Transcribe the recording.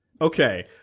Okay